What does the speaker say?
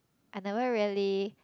I never really